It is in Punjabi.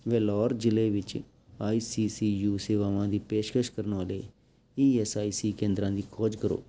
ਵੈਲੋਰ ਜ਼ਿਲ੍ਹੇ ਵਿੱਚ ਆਈ ਸੀ ਸੀ ਯੂ ਸੇਵਾਵਾਂ ਦੀ ਪੇਸ਼ਕਸ਼ ਕਰਨ ਵਾਲੇ ਈ ਐੱਸ ਆਈ ਸੀ ਕੇਂਦਰਾਂ ਦੀ ਖੋਜ ਕਰੋ